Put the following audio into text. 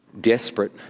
desperate